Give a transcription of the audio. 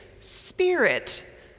spirit